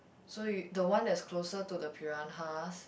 so you the one that's closer to the piranhas